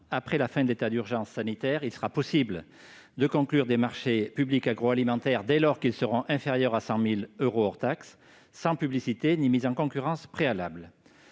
après la fin de l'état d'urgence sanitaire, il sera possible de conclure des marchés publics, agroalimentaire, dès lors qu'ils seront inférieurs à 100000 euros hors taxes sans publicité ni mise en concurrence préalable.